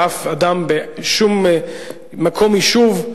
ואף אדם בשום מקום יישוב,